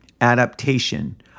adaptation